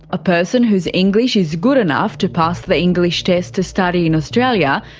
a person whose english is good enough to pass the english test to study in australia,